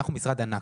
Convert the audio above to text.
אנחנו משרד ענק,